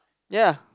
ya